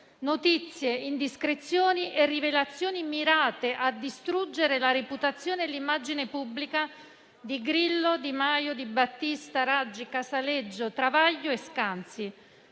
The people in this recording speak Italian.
«Notizie, indiscrezioni e rivelazioni mirate a distruggere la reputazione e l'immagine pubblica di Grillo, Di Maio, Di Battista, Raggi, Casaleggio Travaglio e Scanzi».